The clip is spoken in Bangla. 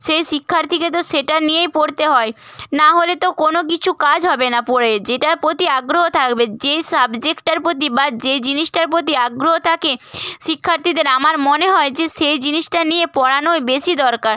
সেই শিক্ষার্থীকে তো সেটা নিয়েই পড়তে হয় না হলে তো কোনো কিছু কাজ হবে না পড়ে যেটার প্রতি আগ্রহ থাকবে যে সাবজেক্টটার প্রতি বা যে জিনিসটার প্রতি আগ্রহ থাকে শিক্ষার্থীদের আমার মনে হয় যে সে জিনিসটা নিয়ে পড়ানোই বেশি দরকার